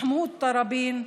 מחמוד טראבין,